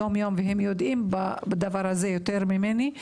ומבינים בזה יותר ממני,